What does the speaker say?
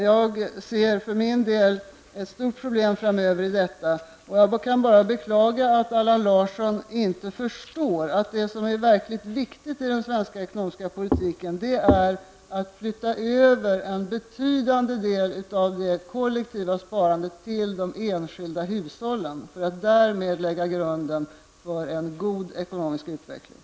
Jag ser för min del ett stort framtida problem i detta och kan bara beklaga att Allan Larsson inte förstår att det verkligt viktiga i den svenska ekonomiska politiken är att flytta över en betydande del av det kollektiva sparandet till de enskilda hushållen för att därmed lägga grunden för en god ekonomisk utveckling.